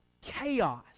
chaos